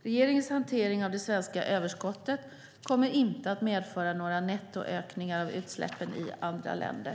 Regeringens hantering av det svenska överskottet kommer inte att medföra några nettoökningar av utsläppen i andra länder.